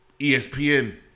ESPN